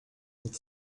nic